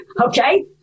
okay